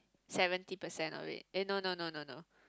seventy percent of it eh no no no no no